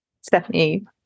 stephanie